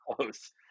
close